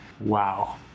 wow